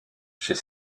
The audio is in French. chez